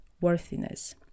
worthiness